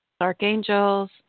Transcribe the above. archangels